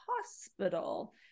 hospital